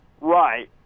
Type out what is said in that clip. right